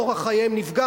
אורח חייהם נפגע?